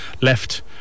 left